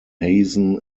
hazen